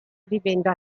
vivendo